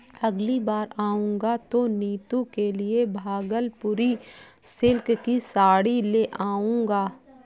अगली बार आऊंगा तो नीतू के लिए भागलपुरी सिल्क की साड़ी ले जाऊंगा